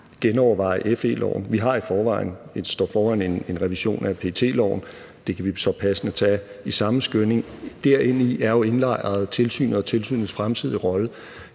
genoverveje FE-loven. Vi står i forvejen over for en revision af PET-loven, og det kan vi så passende tage i samme skynding, og deri er jo indlejret tilsynet og tilsynets fremtidige rolle.